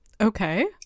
Okay